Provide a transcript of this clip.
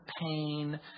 pain